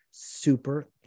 super